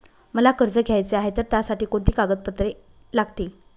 मला कर्ज घ्यायचे आहे तर त्यासाठी कोणती कागदपत्रे लागतील?